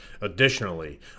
additionally